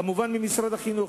כמובן ממשרד החינוך,